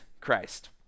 Christ